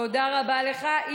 תודה רבה לך.